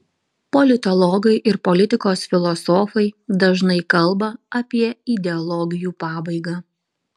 politologai ir politikos filosofai dažnai kalba apie ideologijų pabaigą